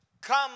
come